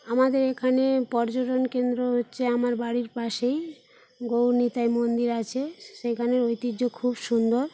আমাদের এখানে পর্যটন কেন্দ্র হচ্ছে আমার বাড়ির পাশেই গৌর নিতাই মন্দির আছে সেখানের ঐতিহ্য খুব সুন্দর